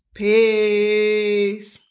Peace